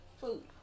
food